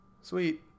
sweet